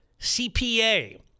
CPA